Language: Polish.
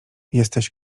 jesteś